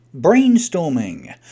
brainstorming